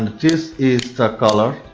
this is the color.